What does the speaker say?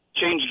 Change